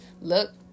Look